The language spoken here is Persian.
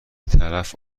طرف